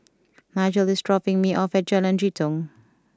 Nigel is dropping me off at Jalan Jitong